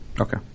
Okay